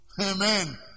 Amen